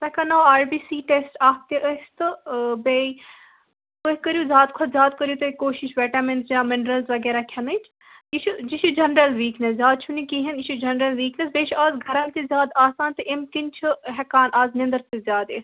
تۄہہِ کَرناووآر B C test اَکھ تہِ أسۍ تہٕ بیٚیہِ تُہۍ کٔروزیادٕ کھۄتہٕ زیادٕ کٔرو تُہی کوشِش وایٹمِنٕز یا مِنرَلٕز وغیرہ کِھیٚنٕچ یہِ چھُ یہِ چھُ جِیٚنرل ویٖکنِیٚس زیادٕ چُھنہٕ یہِ کہیٚنۍ یہِ چھُ جِیٚنرل ویٖکنِیٚس بِیٚیِہ چھُ از گَرم تہِ زیادٕ آسان تہٕ اَمہٕ کِن چھِ ہیٚکان از نِندٕر تہِ زیادٕ یِتھ